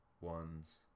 Ones